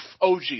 OG